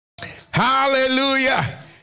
hallelujah